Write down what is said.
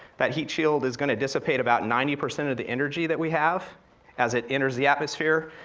that heat shield is gonna dissipate about ninety percent of the energy that we have as it enters the atmosphere,